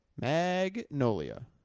Magnolia